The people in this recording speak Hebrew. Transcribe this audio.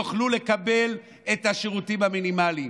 יוכלו לקבל את השירותים המינימליים.